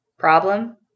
problem